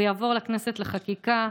הוא יעבור לכנסת לחקיקה.